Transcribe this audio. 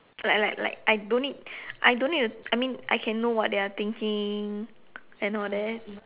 like like like I don't need I don't need to I mean I can know what they are thinking and all that